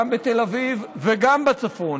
גם בתל אביב וגם בצפון,